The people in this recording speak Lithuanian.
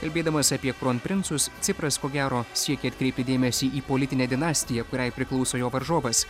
kalbėdamas apie kronprincus cipras ko gero siekė atkreipti dėmesį į politinę dinastiją kuriai priklauso jo varžovas